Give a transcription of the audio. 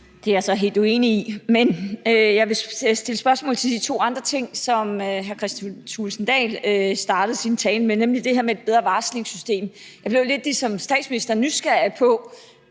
Det er jeg så helt uenig i. Men jeg vil stille spørgsmål til de to andre ting, som hr. Kristian Thulesen Dahl startede sin tale med, nemlig vedrørende det med et bedre varslingssystem. Jeg blev ligesom fru Mette Frederiksen lidt nysgerrig på,